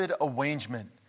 arrangement